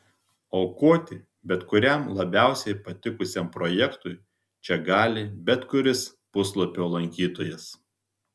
aukoti bet kuriam labiausiai patikusiam projektui čia gali bet kuris puslapio lankytojas